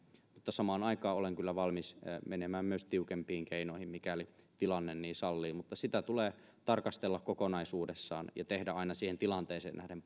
samaan aikaan olen kyllä valmis menemään myös tiukempiin keinoihin mikäli tilanne niin sallii mutta sitä tulee tarkastella kokonaisuudessaan ja tehdä aina siihen tilanteeseen nähden